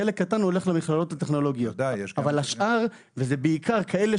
חלק קטן הולך למכללות הטכנולוגיות וזה בעיקר כאלה